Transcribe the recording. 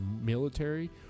military